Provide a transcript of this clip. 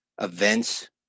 events